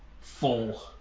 full